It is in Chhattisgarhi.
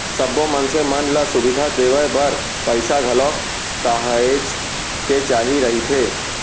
सब्बो मनसे मन ल सुबिधा देवाय बर पइसा घलोक काहेच के चाही रहिथे